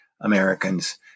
Americans